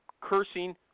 cursing